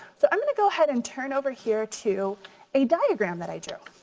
so i'm gonna go head and turn over here to a diagram that i drew.